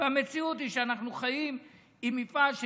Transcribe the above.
והמציאות היא שאנחנו חיים עם מפעל,